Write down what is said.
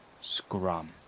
scrum